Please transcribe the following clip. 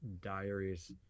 Diaries